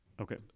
Okay